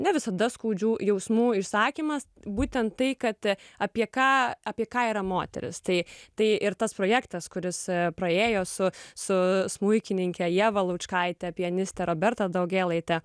ne visada skaudžių jausmų išsakymas būtent tai kad apie ką apie ką yra moteris tai tai ir tas projektas kuris praėjo su su smuikininke ieva laučkaite pianiste roberta daugėlaite